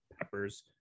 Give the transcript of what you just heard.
peppers